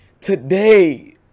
today